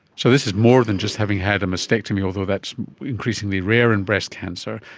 so this is more than just having had a mastectomy, although that is increasingly rare in breast cancer,